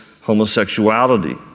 homosexuality